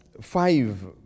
five